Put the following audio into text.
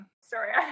Sorry